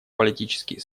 политические